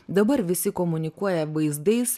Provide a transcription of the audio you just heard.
dabar visi komunikuoja vaizdais